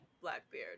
Blackbeard